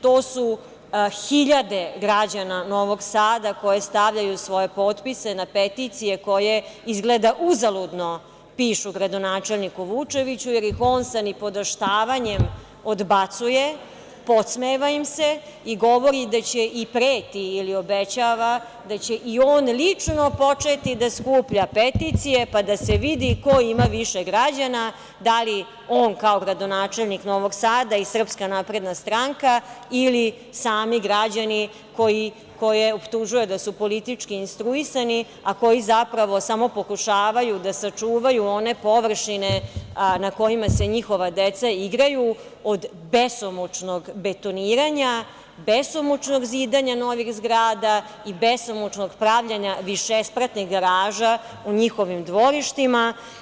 To su hiljade građana Novog Sada, koji stavljaju svoje potpise na peticije koje izgleda uzaludno pišu gradonačelniku Vukčeviću, jer ih on sa nipodaštavanjem odbacuje, podsmeva im se i govori i preti ili obećava da će i on lično početi da skuplja peticije, pa da se vidi ko ima više građana, da li on kao gradonačelnik Novog Sada i SNS ili sami građani koje optužuje da su politički instruisani, a koji zapravo samo pokušavaju da sačuvaju one površine na kojima se njihova deca igraju od besomučnog betoniranja, besomučnog zidanja novih zgrada i besomučnog pravljenja višespratnih garaža u njihovim dvorištima.